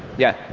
yeah.